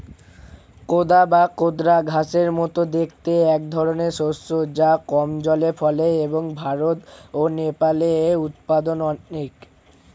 কোদা বা কোদরা ঘাসের মতো দেখতে একধরনের শস্য যা কম জলে ফলে এবং ভারত ও নেপালে এর উৎপাদন অনেক